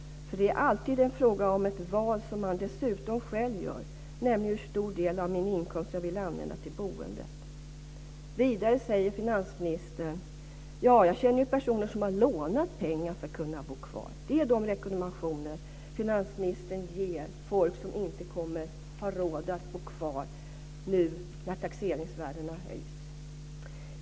Det är alltid fråga om ett val som jag dessutom gör själv, nämligen hur stor del av min inkomst jag vill använda till boendet. Vidare säger finansministern: Jag känner personer som har lånat pengar för att kunna bo kvar. Det är de rekommendationer finansministern ger folk som inte kommer att ha råd att bo kvar nu när taxeringsvärdena höjs.